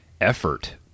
effort